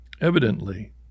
Evidently